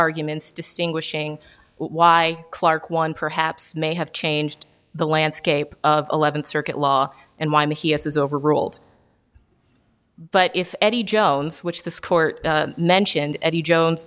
arguments distinguishing why clark one perhaps may have changed the landscape of eleventh circuit law and why he has overruled but if eddie jones which this court mentioned eddie jones